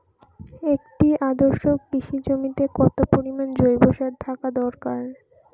একটি আদর্শ কৃষি জমিতে কত পরিমাণ জৈব সার থাকা দরকার?